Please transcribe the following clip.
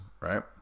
right